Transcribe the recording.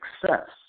success